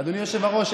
אדוני היושב-ראש,